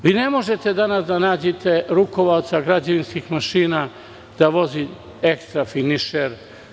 Danas ne možete da nađete rukovaoca građevinskih mašina da vozi ekstrafinišer.